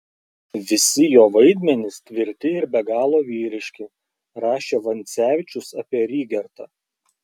visi jo vaidmenys tvirti ir be galo vyriški rašė vancevičius apie rygertą